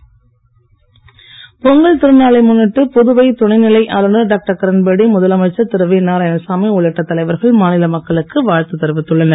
பொங்கல் வாழ்த்து பொங்கல் திருநாளை முன்னிட்டு புதுவை துணை நிலை ஆளுநர் டாக்டர் கிரண்பேடிமுதலமைச்சர் திரு வி நாராயணசாமி உள்ளிட்ட தலைவர்கள் மாநில மக்களுக்கு வாழ்த்து தெரிவித்துள்ளனர்